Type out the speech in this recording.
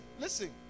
listen